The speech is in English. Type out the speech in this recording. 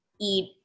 eat